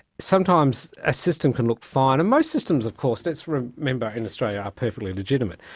sometimes a system can look fine, and most systems of course let's remember in australia are perfectly legitimate.